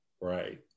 Right